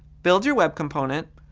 build your web component,